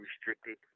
restricted